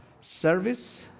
service